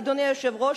אדוני היושב-ראש,